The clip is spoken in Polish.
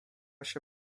się